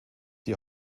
die